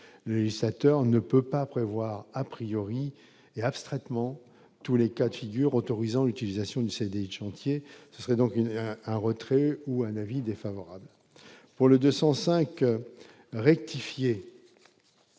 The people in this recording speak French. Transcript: le législateur ne peut pas prévoir a priori et abstraitement tous les cas de figure autorisant utilisation de celle des chantiers, ce serait donc un retrait ou un avis défavorable pour le 205 rectifier